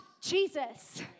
Jesus